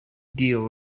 deal